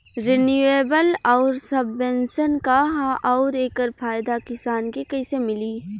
Renewable आउर subvention का ह आउर एकर फायदा किसान के कइसे मिली?